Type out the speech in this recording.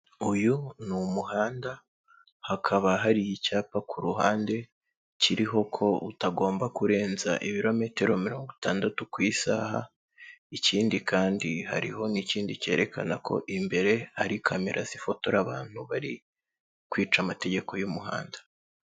Uyu ni umuhanda, hakaba hari icyapa ku ruhande, kiriho ko utagomba kurenza ibirometero mirongo itandatu ku isaha, ikindi kandi hariho n'ikindi cyerekana ko imbere hari kamera zifotora abantu bari kwica amategeko y'umuhanda.